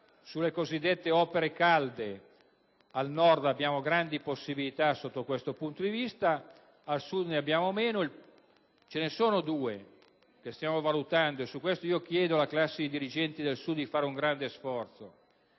sulle cosiddette opere calde al Nord abbiamo grandi possibilità sotto questo punto di vista, al Sud ne abbiamo meno; ce ne sono due che stiamo valutando e su questo chiedo alle classi dirigenti del Sud di fare un grande sforzo.